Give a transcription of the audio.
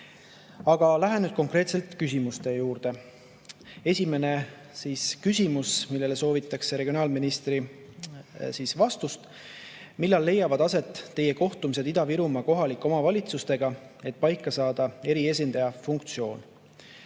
eest! Lähen nüüd konkreetsete küsimuste juurde. Esimene küsimus, millele soovitakse regionaalministri vastust: "Millal leiavad aset Teie kohtumised Ida-Virumaa kohalike omavalitsustega, et paika saada eriesindaja funktsioon[?]"